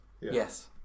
Yes